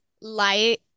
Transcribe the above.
light